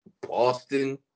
Boston